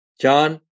John